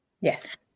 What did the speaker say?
Yes